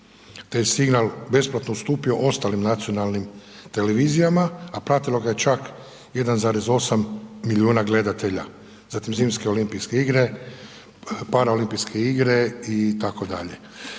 te je signal besplatno ustupio ostalim nacionalnim televizijama, a pratilo ga je čak 1,8 milijuna gledatelja, zatim Zimske olimpijske igre, Paraolimpijske igre itd.